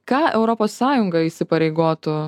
ką europos sąjunga įsipareigotų